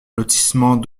lotissement